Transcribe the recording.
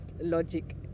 logic